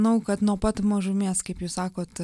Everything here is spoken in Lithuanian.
manau kad nuo pat mažumės kaip jūs sakot